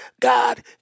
God